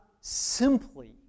simply